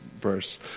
verse